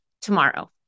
tomorrow